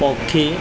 ପକ୍ଷୀ